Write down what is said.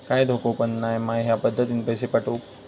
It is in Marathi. काय धोको पन नाय मा ह्या पद्धतीनं पैसे पाठउक?